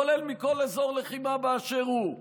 כולל מכל אזור לחימה באשר הוא,